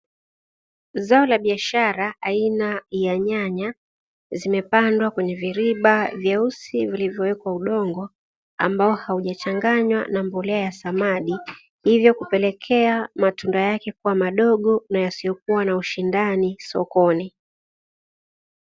Zao la biashara aina ya nyanya zimepandwa kwenye viriba vyeusi vilivyowekwa udongo ambao haujachanganywa na mbolea ya samadi, hivyo kupelekea mazao yake kuwa madogo na yasiyokuwa na ushindani sokoni.